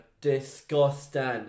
Disgusting